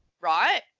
right